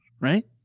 right